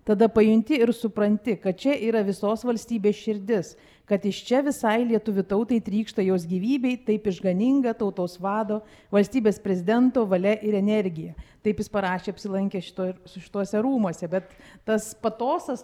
tada pajunti ir supranti kad čia yra visos valstybės širdis kad iš čia visai lietuvių tautai trykšta jos gyvybei taip išganinga tautos vado valstybės prezidento valia ir energija taip jis parašė apsilankė šitoj šituose rūmuose bet tas patosas